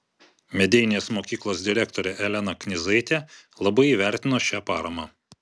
medeinės mokyklos direktorė elena knyzaitė labai įvertino šią paramą